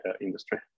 industry